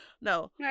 No